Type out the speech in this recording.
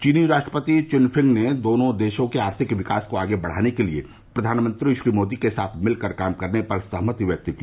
चीनी राष्ट्रपति चिनफिंग ने दोनों देशों के आर्थिक विकास को आगे बढ़ाने के लिए प्रधानमंत्री श्री मोदी के साथ मिलकर काम करने पर सहमति व्यक्त की